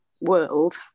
world